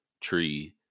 tree